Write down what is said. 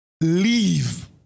Leave